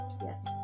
yes